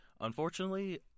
Unfortunately